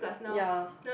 ya